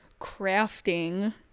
crafting